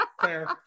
Fair